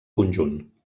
conjunt